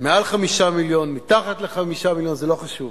מעל 5 מיליון, מתחת ל-5 מיליון, זה לא חשוב.